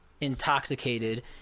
intoxicated